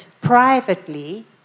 privately